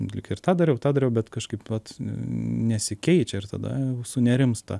lyg ir tą dariau tą dariau bet kažkaip vat nesikeičia ir tada jau sunerimsta